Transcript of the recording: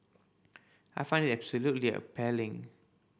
I find absolutely appalling